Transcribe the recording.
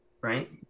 right